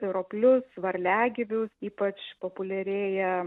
roplius varliagyvius ypač populiarėja